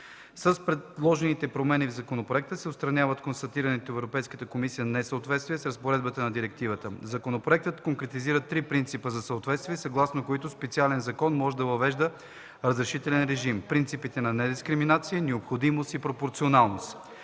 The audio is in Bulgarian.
С предложените промени в законопроекта се отстраняват констатираните от Европейската комисия несъответствия с разпоредбите на директивата. Законопроектът конкретизира трите принципа за съответствие, съгласно които специален закон може да въвежда разрешителен режим – принципите на недискриминация, необходимост и пропорционалност.